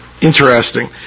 interesting